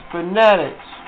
Fanatics